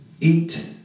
Eat